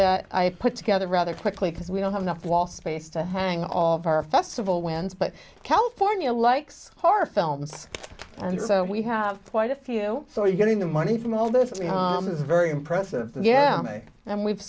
that i put together rather quickly because we don't have enough wall space to hang all of our festival winds but california likes horror films and so we have quite a few so you're getting the money from all this is very impressive yeah and we've